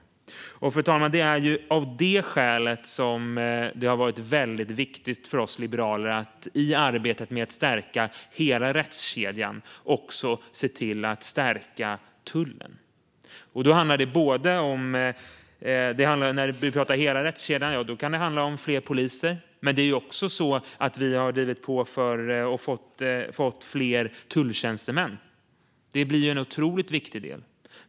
Fru talman! Det är av det skälet som det har varit viktigt för oss liberaler att i arbetet med att stärka hela rättskedjan också se till att stärka tullen. När vi pratar hela rättskedjan kan det handla om fler poliser, men vi har också drivit på för och fått fler tulltjänstemän. Det blir en otroligt viktig del.